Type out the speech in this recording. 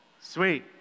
Sweet